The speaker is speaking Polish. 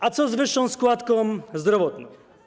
A co z wyższą składką zdrowotną?